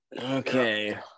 Okay